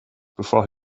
before